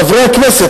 חברי הכנסת,